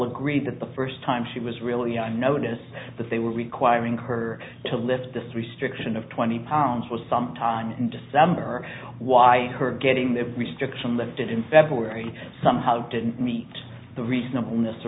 agree that the first time she was really i notice that they were requiring her to lift this restriction of twenty pounds for some time in december why her getting the restriction lifted in february somehow didn't meet the reasonableness or